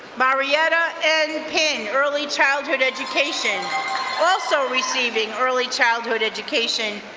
marietta n. penn, early childhood education also receiving early childhood education,